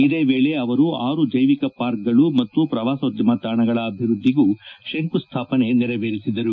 ಇದೇ ವೇಳೆ ಅವರು ಆರು ಜೈವಿಕ ಪಾರ್ಕ್ಗಳು ಮತ್ತು ಪ್ರವಾಸೋದ್ಯಮ ತಾಣಗಳ ಅಭಿವ್ವದ್ದಿಗೂ ಶಂಕುಸ್ಡಾಪನೆ ನೆರವೇರಿಸಿದರು